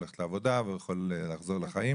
טוב ויכול ללכת לעבודה ולחזור לחיים,